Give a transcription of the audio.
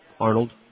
Arnold